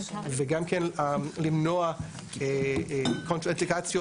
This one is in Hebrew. וגם כן למנוע קונפקציות,